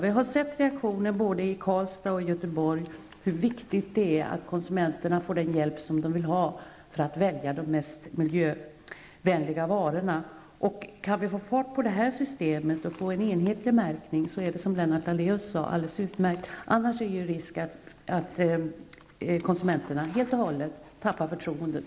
Vi har sett reaktioner både i Karlstad och Göteborg, som visar hur viktigt det är att konsumenterna får den hjälp som de vill ha för att välja de mest miljövänliga varorna. Om vi kan få fart på detta system och få till stånd en enhetlig märkning så är det alldeles utmärkt, som Lennart Daléus sade. Annars finns det en risk att konsumenterna helt och hållet tappar förtroendet.